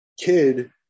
kid